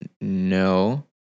No